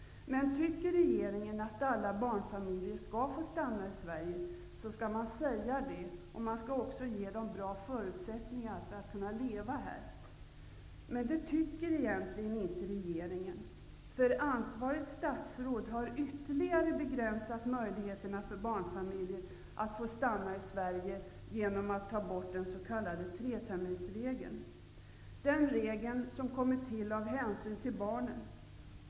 Tycker regeringen att alla barnfamiljer skall få stanna i Sverige, skall man säga det och också ge dem bra förutsättningar för att leva här. Det tycker tydligen inte regeringen, för ansvarigt statsråd har genom att ta bort den s.k. treterminsregeln ytterligare begränsat möjligheterna för barnfamiljer att få stanna i Sverige. Den regeln har kommit till med hänsyn till barnen.